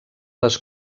les